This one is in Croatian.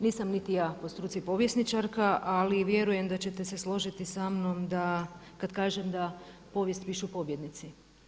Nisam niti ja po struci povjesničarka, ali vjerujem da ćete se složiti sa mnom kad kažem da – povijest pišu pobjednici.